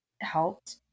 helped